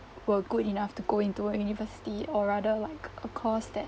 were good enough to go into a university or rather like a course that